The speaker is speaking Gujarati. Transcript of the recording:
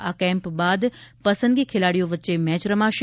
આ કેમ્પ બાદ પસંદગી ખેલાડીઓ વચ્ચે મેચ રમાશે